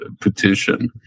petition